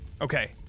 Okay